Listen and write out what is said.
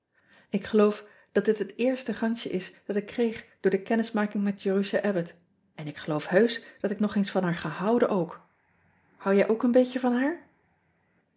k geloof dat dit het eerste gansje is dat ik kreeg door de kennismaking met erusha bbott en ik geloof heusch dat ik nog eens van haar ga houden ook ou jij ook een beetje van haar